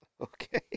okay